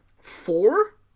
Four